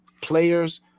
players